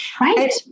Right